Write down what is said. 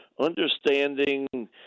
understanding